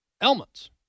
elements